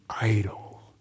idle